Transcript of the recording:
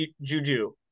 Juju